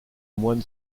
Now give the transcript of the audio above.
moine